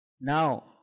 Now